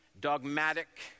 dogmatic